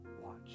watch